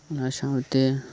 ᱚᱱᱟ ᱥᱟᱶᱛᱮ